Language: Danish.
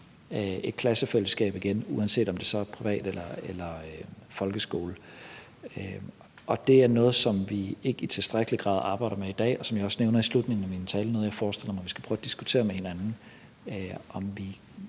et klassefællesskab igen, uanset om det så er privat eller folkeskole. Det er noget, som vi ikke i tilstrækkelig grad arbejder med i dag, og, som jeg nævner i slutningen af min tale, noget, jeg forestiller mig vi skal prøve at diskutere med hinanden om vi